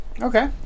Okay